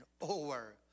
over